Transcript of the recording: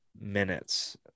minutes